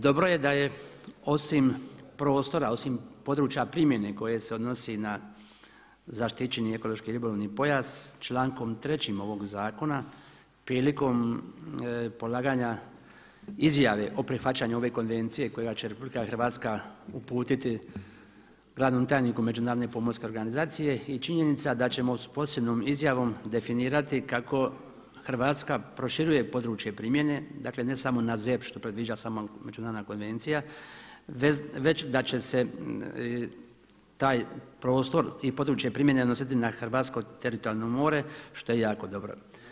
Dobro je da je osim prostora, osim područja primjene koje se odnosi na zaštićeni ekološki ribolovni pojas člankom 3. ovog zakona prilikom polaganja izjave o prihvaćanju ove konvencije koju će RH uputiti glavnom tajniku Međunarodne pomorske organizacije i činjenica da ćemo s posebnom izjavom definirati kako Hrvatska proširuje područje primjene, dakle ne samo na ZEP što predviđa sama međunarodna konvencija, već da će se taj prostor i područje primjene odnositi na hrvatsko teritorijalno more što je jako dobro.